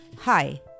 Hi